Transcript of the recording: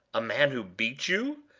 a man who beat you!